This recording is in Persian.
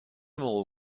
موقع